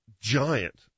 giant